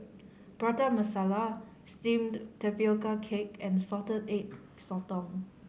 Prata Masala Steamed Tapioca Cake and Salted Egg Sotong